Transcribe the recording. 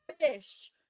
fish